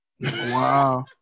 Wow